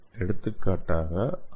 எடுத்துக்காட்டாக ஆர்